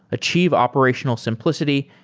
achieve operational simplicity,